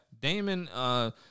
Damon